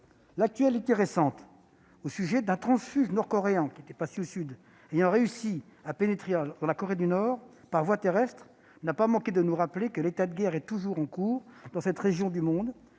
Le retour récent d'un transfuge nord-coréen- il était passé au sud -ayant réussi à pénétrer la Corée du Nord par la voie terrestre n'a pas manqué de nous rappeler que l'état de guerre est toujours en cours dans cette région du monde.